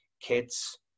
kids